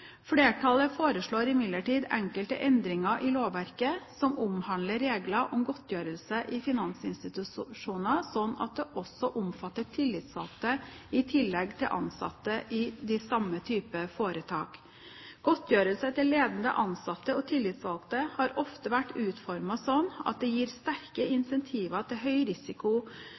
Flertallet foreslår imidlertid enkelte endringer i lovverket som omhandler regler om godtgjørelse i finansinstitusjoner slik at det også omfatter tillitsvalgte i tillegg til ansatte i de samme typer foretak. Godtgjørelse til ledende ansatte og tillitsvalgte har ofte vært utformet slik at den gir sterke insentiver til høy risiko